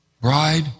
Bride